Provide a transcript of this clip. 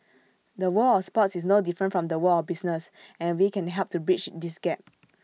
the world of sports is no different from the world of business and we can help to bridge this gap